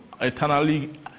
eternally